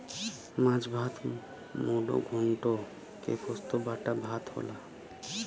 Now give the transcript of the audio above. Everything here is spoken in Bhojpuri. माछ भात मुडो घोन्टो के पोस्तो बाटा भात होला